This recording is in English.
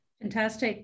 Fantastic